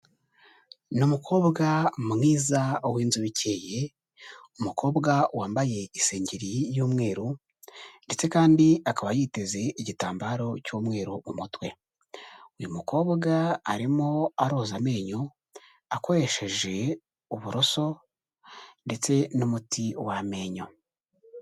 Ni umukobwa mwiza w'inzobe ikeye, umukobwa wambaye isengeri y'umweru ndetse kandi akaba yiteze igitambaro cy'umweru mu mutwe, uyu mukobwa arimo aroza amenyo akoresheje uburoso ndetse n'umuti w'amenyo.